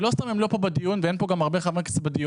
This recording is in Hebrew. ולא סתם הן לא פה בדיון ואין פה גם הרבה חברי כנסת בדיון,